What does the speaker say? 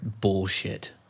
bullshit